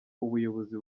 ubuyobozi